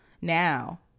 now